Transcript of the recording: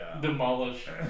demolish